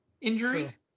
injury